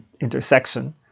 intersection